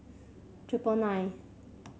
triple nine